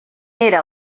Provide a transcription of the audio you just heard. era